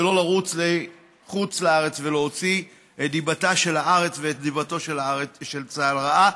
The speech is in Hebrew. ולא לרוץ לחוץ לארץ ולהוציא את דיבתה של הארץ ואת דיבתו של צה"ל רעה,